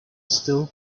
still